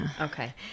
Okay